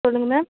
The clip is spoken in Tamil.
சொல்லுங்கள் மேம்